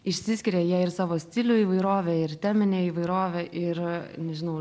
išsiskiria jie ir savo stilių įvairove ir temine įvairove ir nežinau